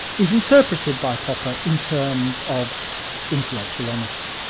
is interpreted by popper in terms of intellectual honesty.